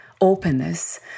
openness